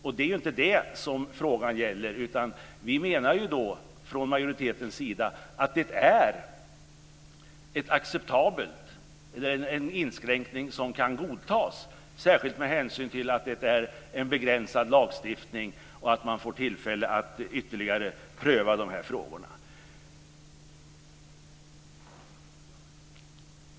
Men det är inte det som frågan gäller, utan från majoritetens sida menar vi att det är en inskränkning som kan godtas, särskilt med hänsyn till att det är en begränsad lagstiftning och att det blir tillfälle att ytterligare pröva de här frågorna.